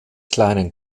kleinen